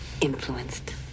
influenced